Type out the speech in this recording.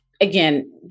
again